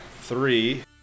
three